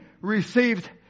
received